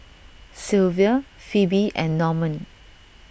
Silvia Phoebe and Normand